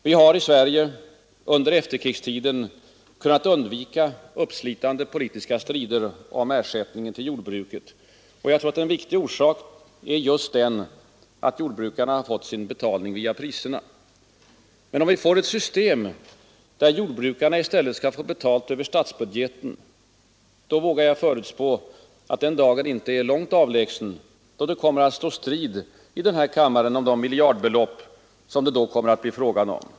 Vi har i Sverige under efterkrigstiden kunnat undvika uppslitande politiska strider om ersättningen till jordbruket. Jag tror att en viktig orsak är just den, att jordbrukarna fått sin betalning via priserna. Men om vi får ett system där jordbrukarna i stället skall få betalt över statsbudgeten, vågar jag förutspå att den dagen inte är alltför avlägsen, då det kommer att stå strid i denna kammare om de miljardbelopp som det kommer att bli fråga om.